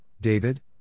David